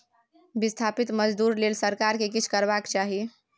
बिस्थापित मजदूर लेल सरकार केँ किछ करबाक चाही